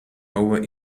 over